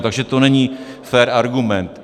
Takže to není fér argument.